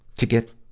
to get